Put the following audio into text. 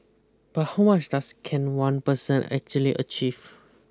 but how much does can one person actually achieve